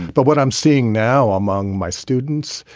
but what i'm seeing now among my students,